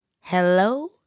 Hello